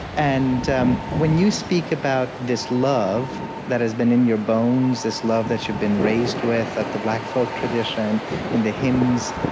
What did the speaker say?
and um when you speak about this love that has been in your bones, this love that you've been raised with, of the black folk tradition in the hymns,